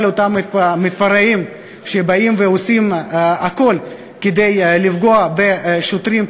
כל אותם המתפרעים שעושים הכול כדי לפגוע בשוטרים,